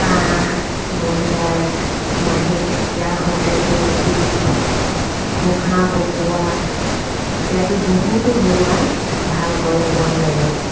কাঁহ মহিলাৰ মাহেকীয়া হওঁতে পেট বিষ ফুহা পকোৱা ইত্যাদি বহুতো বেমাৰ ভাল কৰে বন দৰৱে